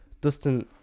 Dustin